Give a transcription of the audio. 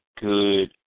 good